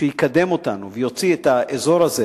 שיקדם אותנו ויוציא את האזור הזה